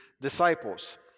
disciples